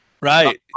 right